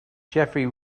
jeffery